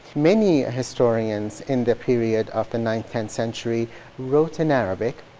many historians in the period of the ninth tenth century wrote in arabic.